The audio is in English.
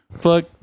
fuck